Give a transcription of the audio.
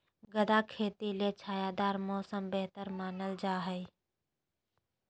गदा के खेती ले छायादार मौसम बेहतर मानल जा हय